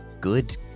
good